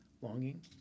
longing